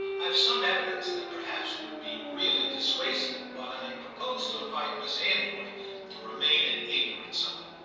i've some evidence that perhaps would be really dissuasive, but i propose to invite mss anvoy to remain in ignorance of it.